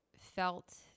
felt